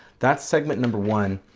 that's segment number one,